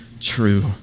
true